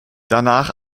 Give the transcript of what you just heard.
danach